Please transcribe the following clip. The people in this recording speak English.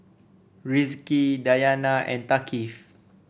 Rizqi Dayana and Thaqif